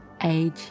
Age